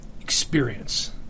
Experience